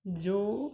جو